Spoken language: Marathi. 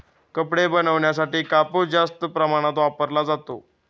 कपडे बनवण्यासाठी कापूस जास्त प्रमाणात वापरला जातो